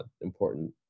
important